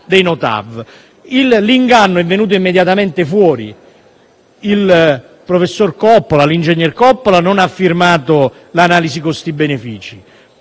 L'inganno è venuto immediatamente fuori: l'ingegner Coppola non ha firmato l'analisi costi-benefici;